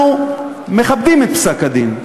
אנחנו מכבדים את פסק-הדין,